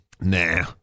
Nah